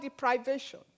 deprivation